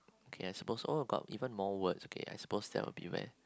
okay I suppose all about even more words okay I suppose that will be where